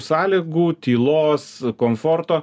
sąlygų tylos komforto